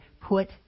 put